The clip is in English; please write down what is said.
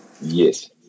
Yes